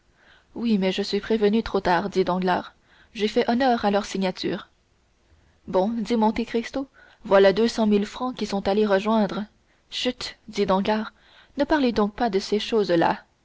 oui mais je suis prévenu trop tard dit danglars j'ai fait honneur à leur signature bon dit monte cristo voilà deux cent mille francs qui sont allés rejoindre chut dit danglars ne parlez donc pas de ces choses-là